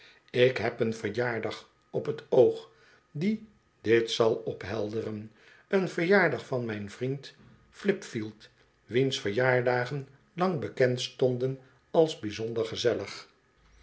ik heb een verjaardag op t oog die dit zal ophelderen een verjaardag van mijn vriend flipfield wiens verjaardagen lang bekend stonden als bijzonder gezellig